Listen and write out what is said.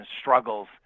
struggles